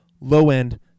low-end